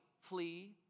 flee